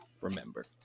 remember